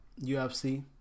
UFC